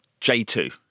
J2